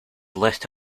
lit